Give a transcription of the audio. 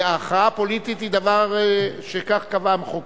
ההכרעה הפוליטית היא דבר שכך קבע המחוקק.